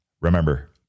remember